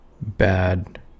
bad